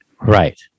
Right